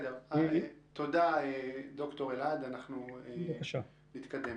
תודה, ד"ר אלעד, נתקדם.